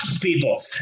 people